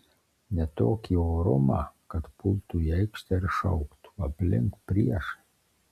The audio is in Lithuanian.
ne tokį orumą kad pultų į aikštę ir šauktų aplink priešai